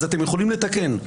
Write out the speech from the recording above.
אתם יכולים לתקן.